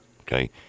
okay